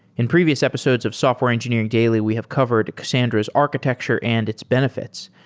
in previous episodes of software engineering daily we have covered cassandra's architecture and its benefits,